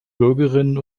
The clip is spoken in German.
bürgerinnen